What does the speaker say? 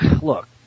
look